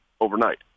overnight